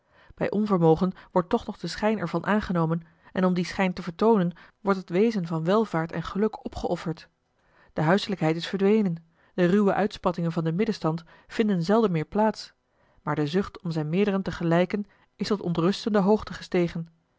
bij onvermogen wordt toch nog de schijn er van aangenomen en om dien schijn te vertoonen wordt het wezen van welvaart en geluk opgeofferd de huiselijkheid is verdwenen de ruwe uitspattingen van den middenstand vinden zelden meer plaats maar de zucht om zijn meerderen te gelijken is tot ontrustende hoogte gestegen